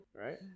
Right